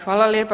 Hvala lijepa.